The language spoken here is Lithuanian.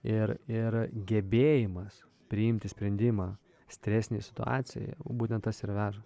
ir ir gebėjimas priimti sprendimą stresinėj situacijoje būtent tas ir veža